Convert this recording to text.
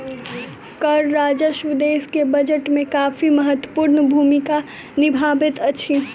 कर राजस्व देश के बजट में काफी महत्वपूर्ण भूमिका निभबैत अछि